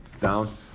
down